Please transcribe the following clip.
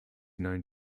known